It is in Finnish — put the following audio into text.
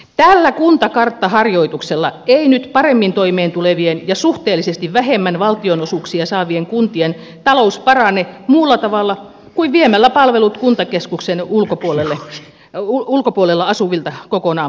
tällä kuntakarttaharjoituksella ei nyt paremmin toimeentulevien ja suhteellisesti vähemmän valtionosuuksia saavien kuntien talous parane muulla tavalla kuin viemällä palvelut kuntakeskuksen ulkopuolella asuvilta kokonaan pois